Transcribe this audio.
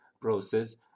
process